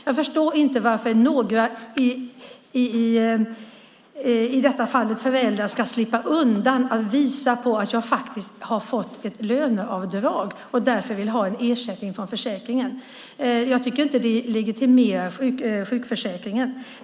Jag förstår inte varför några, i detta fall föräldrar, ska slippa undan att visa att de har fått ett löneavdrag och därför vill ha en ersättning från försäkringen. Jag tycker inte att det legitimerar sjukförsäkringen.